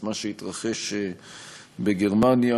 את מה שהתרחש בגרמניה.